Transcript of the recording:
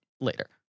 later